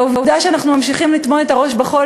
והעובדה שאנחנו ממשיכים לטמון את הראש בחול